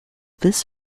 this